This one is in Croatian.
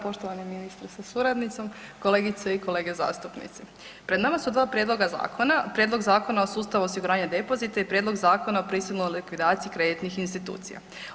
Poštovani ministre sa suradnicom, kolegice i kolege zastupnici pred nama su dva prijedloga zakona, Prijedlog Zakona o sustavu osiguranja depozita i Prijedlog Zakona o prisilnoj likvidaciji kreditnih institucija.